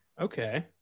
okay